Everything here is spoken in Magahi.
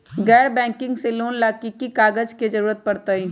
गैर बैंकिंग से लोन ला की की कागज के जरूरत पड़तै?